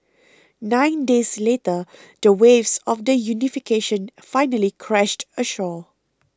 nine days later the waves of the unification finally crashed ashore